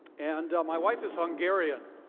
and my wife is hungarian,